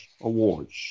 Awards